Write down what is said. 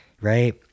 right